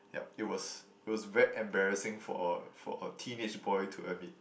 yup it was it was very embarrassing for a for a teenage boy to admit